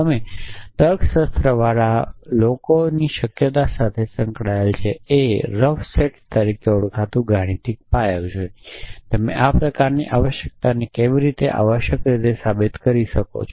તમે તર્કશાસ્ત્રવાળા લોકો શક્યતા સાથે સંકળાયેલા છે અને એ રફ સેટ્સ તરીકે ઓળખાતું ગાણિતિક પાયો છે તમે આ પ્રકારની આવશ્યકતાને કેવી રીતે આવશ્યક રીતે સાબિત કરી શકો છો